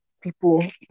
people